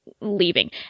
leaving